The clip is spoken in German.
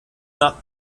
nach